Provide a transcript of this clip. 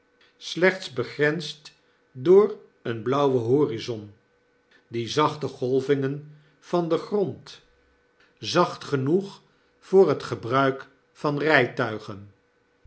slechts begrensd door een blauwen horizon die zachte golvingen van den grond zacht mopes de kluizenaar genoeg voor het gebruik van rpuigen